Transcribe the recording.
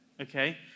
okay